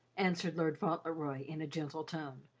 answered lord fauntleroy, in a gentle tone,